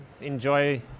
enjoy